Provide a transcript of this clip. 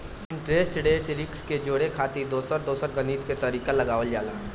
interest rate risk के जोड़े खातिर दोसर दोसर गणित के तरीका लगावल जाला